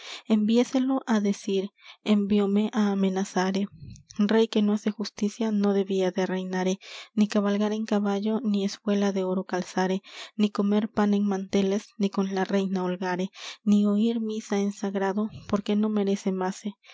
enviéselo á decir envióme á amenazare rey que no hace justicia no debía de reinare ni cabalgar en caballo ni espuela de oro calzare ni comer pan en manteles ni con la reina holgare ni oir misa en sagrado porque no merece mase